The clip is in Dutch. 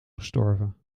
gestorven